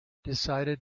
decided